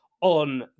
on